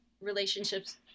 relationships